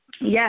Yes